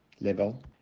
level